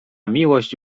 miłość